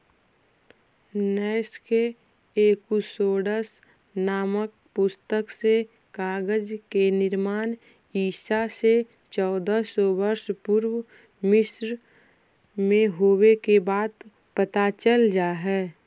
नैश के एकूसोड्स् नामक पुस्तक से कागज के निर्माण ईसा से चौदह सौ वर्ष पूर्व मिस्र में होवे के बात पता चलऽ हई